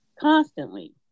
Constantly